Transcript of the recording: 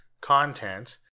content